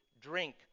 drink